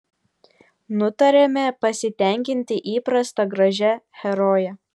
nutarėme pasitenkinti įprasta gražia heroje